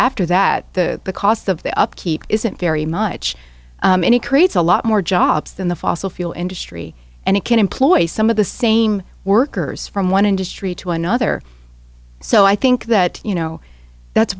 after that the cost of the upkeep isn't very much and it creates a lot more jobs than the fossil fuel industry and it can employ some of the same workers from one industry to another so i think that you know that's